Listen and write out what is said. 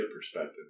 perspective